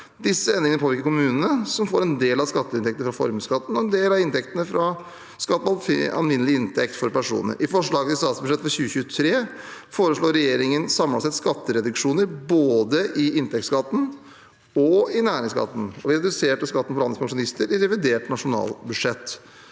Disse endringene påvirker kommunene, som får en del av skatteinntektene fra formuesskatten og en del fra skatten på alminnelig inntekt for personer. I forslag til statsbudsjett for 2023 foreslo regjeringen samlet sett skattereduksjoner både i inntektsskatten og i næringsbeskatningen, og vi reduserte skatten for landets pensjonister i revidert nasjonalbudsjett.